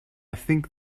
think